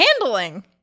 Handling